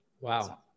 Wow